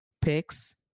picks